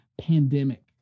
pandemic